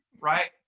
Right